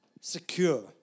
Secure